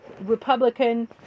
republican